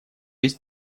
есть